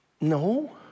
No